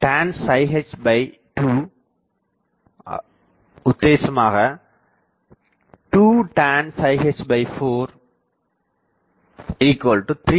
tan h22tan h4302a